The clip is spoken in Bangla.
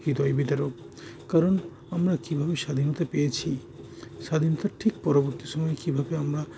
হৃদয় বিদারক কারণ আমরা কীভাবে স্বাধীনতা পেয়েছি স্বাধীনতা ঠিক পরবর্তী সময় কীভাবে আমরা